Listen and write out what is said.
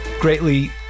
greatly